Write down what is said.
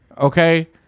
okay